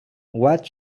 what